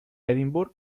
edimburg